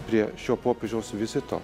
prie šio popiežiaus vizito